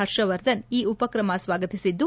ಹರ್ಷವರ್ಧನ್ ಈ ಉಪಕ್ರಮವನ್ನು ಸ್ವಾಗತಿಸಿದ್ದು